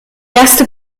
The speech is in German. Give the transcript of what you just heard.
erste